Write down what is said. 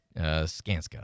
Skanska